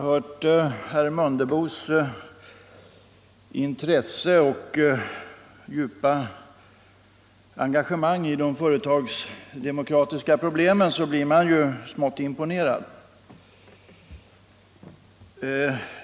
Herr talman! När man hör herr Mundebos intresse för och djupa engagemang i de företagsdemokratiska problemen blir man smått imponerad.